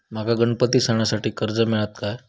माका गणपती सणासाठी कर्ज मिळत काय?